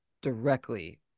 directly